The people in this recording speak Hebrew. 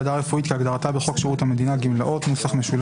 "ועדה רפואית" כהגדרתה בחוק שירות המדינה (גמלאות) ,